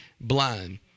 blind